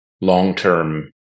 long-term